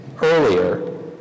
earlier